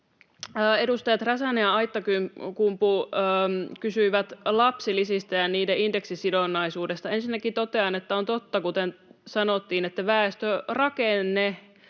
edustajat Räsänen ja Aittakumpu kysyivät lapsilisistä ja niiden indeksisidonnaisuudesta. Ensinnäkin totean, että on totta, kuten sanottiin, että väestörakenne